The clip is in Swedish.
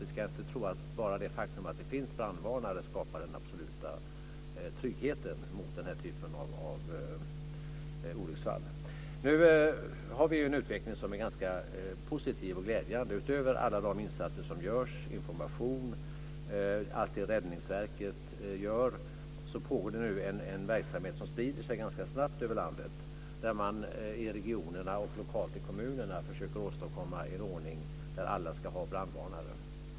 Vi ska inte tro att bara det faktum att det finns brandvarnare skapar den absoluta tryggheten mot den här typen av olycksfall. Nu har vi en utveckling som är ganska positiv och glädjande. Utöver alla insatser som görs med information och allt det Räddningsverket gör pågår nu en verksamhet som sprider sig ganska snabbt över landet där man i regionerna och lokalt i kommunerna försöker åstadkomma en ordning där alla ska ha brandvarnare.